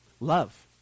Love